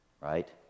Right